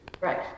Right